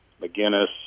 McGinnis